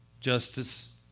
justice